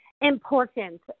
Important